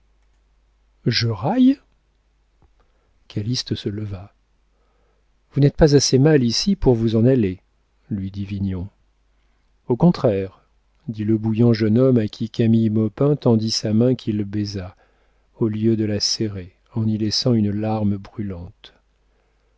je raille calyste se leva vous n'êtes pas assez mal ici pour vous en aller lui dit vignon au contraire dit le bouillant jeune homme à qui camille maupin tendit sa main qu'il baisa au lieu de la serrer en y laissant une larme brûlante